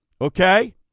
okay